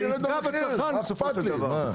זה יפגע בצרכן בסופו של דבר.